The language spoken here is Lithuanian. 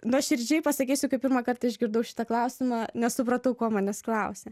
nuoširdžiai pasakysiu kai pirmąkart išgirdau šitą klausimą nesupratau ko manęs klausia